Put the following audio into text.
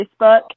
Facebook